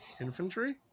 Infantry